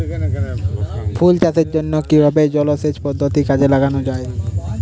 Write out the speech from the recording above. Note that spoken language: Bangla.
ফুল চাষের জন্য কিভাবে জলাসেচ পদ্ধতি কাজে লাগানো যাই?